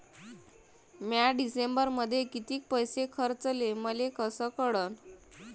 म्या डिसेंबरमध्ये कितीक पैसे खर्चले मले कस कळन?